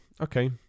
Okay